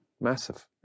massive